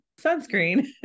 sunscreen